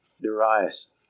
Darius